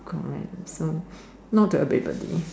correct lah so not everybody